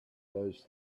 those